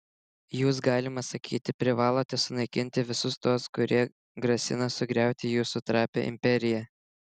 jūs galima sakyti privalote sunaikinti visus tuos kurie grasina sugriauti jūsų trapią imperiją